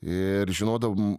ir žinodavom